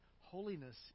Holiness